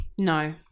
No